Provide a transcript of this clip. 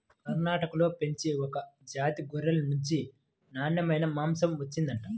కర్ణాటకలో పెంచే ఒక జాతి గొర్రెల నుంచి నాన్నెమైన మాంసం వచ్చిండంట